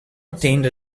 obtained